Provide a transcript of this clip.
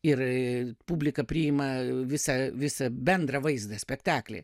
ir publika priima visą visą bendrą vaizdą spektaklį